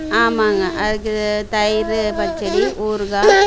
ஆமாங்க அதுக்கு தயிர் பச்சடி ஊறுகாய்